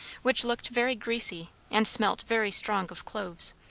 which looked very greasy and smelt very strong of cloves.